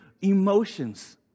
emotions